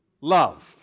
love